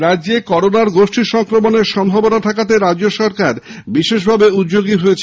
এরাজ্যে করোনার গোষ্ঠী সংক্রমণের সম্ভাবনা ঠেকাতে রাজ্য সরকার বিশেষ ভাবে উদ্যোগী হয়েছে